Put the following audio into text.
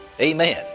Amen